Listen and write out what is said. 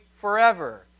forever